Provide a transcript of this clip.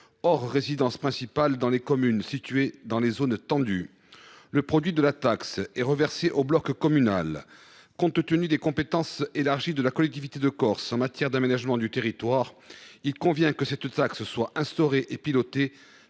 hors résidences principales, dans les communes situées dans des zones tendues. Le produit de la taxe serait reversé au bloc communal. Compte tenu des compétences élargies de la collectivité de Corse en matière d’aménagement du territoire, il convient que cette taxe soit instaurée et pilotée